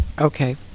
Okay